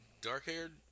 dark-haired